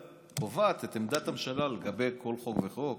קובעת את עמדת הממשלה לגבי כל חוק וחוק.